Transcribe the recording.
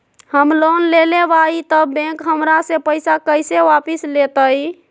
हम लोन लेलेबाई तब बैंक हमरा से पैसा कइसे वापिस लेतई?